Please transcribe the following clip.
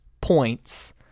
points